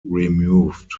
removed